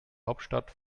hauptstadt